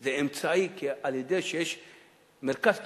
זה אמצעי, כי כשיש מרכז קהילתי,